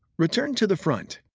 return to the front.